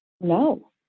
no